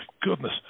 goodness